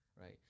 right